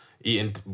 eating